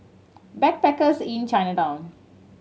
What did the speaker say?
Backpackers Inn Chinatown